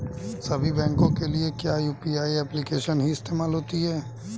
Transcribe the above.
सभी बैंकों के लिए क्या यू.पी.आई एप्लिकेशन ही इस्तेमाल होती है?